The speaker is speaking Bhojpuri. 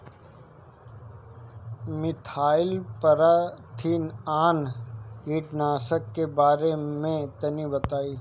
मिथाइल पाराथीऑन कीटनाशक के बारे में तनि बताई?